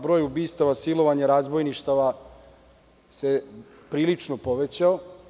Broj ubistava, silovanja, razbojništava se prilično povećao.